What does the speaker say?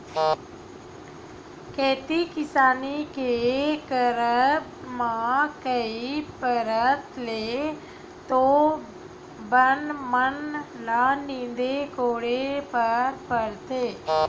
खेती किसानी के करब म कई परत ले तो बन मन ल नींदे कोड़े बर परथे